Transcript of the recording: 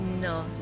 No